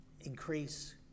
increase